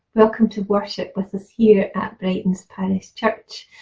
welcome to worship with us here at brightons parish church.